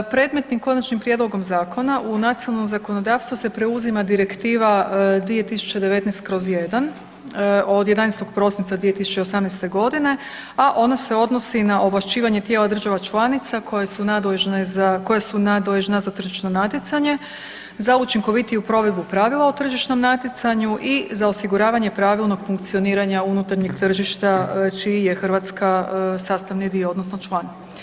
Predmetnim konačnim prijedlogom zakona u nacionalno zakonodavstvo se preuzima Direktiva 2019/1 od 11. prosinca 2018.g., a ona se odnosi na ovlašćivanje tijela država članica koje su nadležna za tržišno natjecanje, za učinkovitiju provedbu pravila o tržišnom natjecanju i za osiguravanje pravilnog funkcioniranja unutarnjeg tržišta čiji je Hrvatska sastavni dio odnosno član.